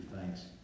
thanks